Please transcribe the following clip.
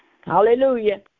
Hallelujah